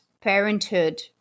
parenthood